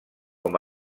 com